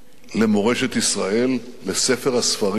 למורשת ישראל, לספר הספרים,